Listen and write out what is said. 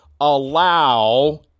allow